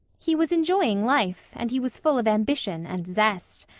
he was enjoying life, and he was full of ambition and zest.